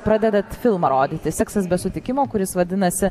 pradedat filmą rodyti seksas be sutikimo kuris vadinasi